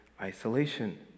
isolation